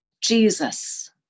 Jesus